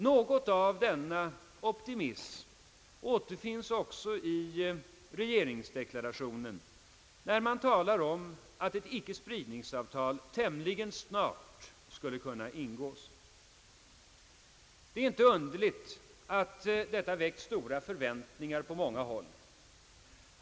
Något av denna optimism återfinns också i regeringsdeklarationen, där det uttalas att ett icke-spridningsavtal tämligen snart skulle kunna ingås. Det är inte underligt att detta väckt stora förväntningar på många håll.